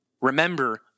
remember